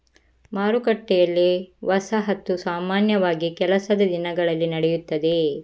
ಮಾರುಕಟ್ಟೆಯಲ್ಲಿ, ವಸಾಹತು ಸಾಮಾನ್ಯವಾಗಿ ಕೆಲಸದ ದಿನಗಳಲ್ಲಿ ನಡೆಯುತ್ತದೆ